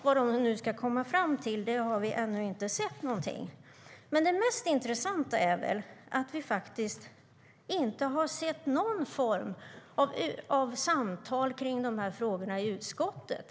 Vad de ska komma fram till har vi ännu inte sett. Det mest intressanta är att vi inte har sett någon form av samtal kring dessa frågor i utskottet.